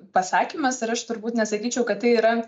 pasakymas ir aš turbūt nesakyčiau kad tai yra